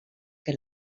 que